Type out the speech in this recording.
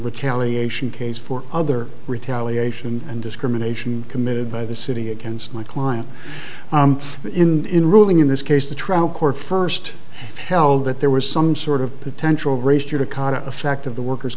retaliation case for other retaliation and discrimination committed by the city against my client in ruling in this case the trial court first held that there was some sort of potential race judicata effect of the worker